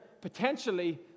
potentially